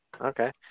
Okay